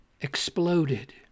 exploded